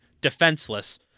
defenseless